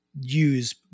use